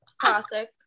Classic